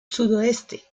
sudoeste